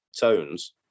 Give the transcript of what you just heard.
tones